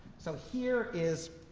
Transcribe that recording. so here is